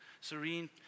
serene